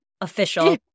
official